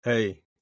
Hey